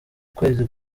ukwezi